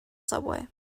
subway